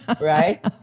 right